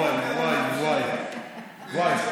ואי, ואי, ואי, ואי, ואי.